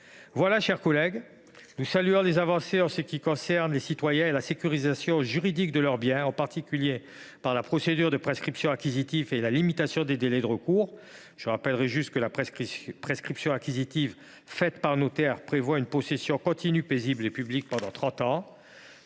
Mes chers collègues, nous saluons les avancées pour les citoyens et la sécurisation juridique de leurs biens, en particulier par la procédure de prescription acquisitive et la limitation des délais de recours. Je rappelle seulement que la prescription acquisitive établie par notaire requiert une possession continue, paisible et publique pendant trente